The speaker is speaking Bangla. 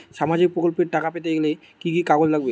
সামাজিক প্রকল্পর টাকা পেতে গেলে কি কি কাগজ লাগবে?